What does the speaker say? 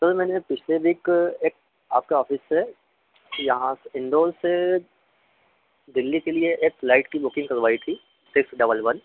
sir मैंने पिछले week एक आपके ऑफ़िस से यहाँ से इंदौर से दिल्ली के लिए एक फ़्लाइट की बुकिंग करवाई थी सिक्स डबल वन